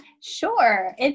Sure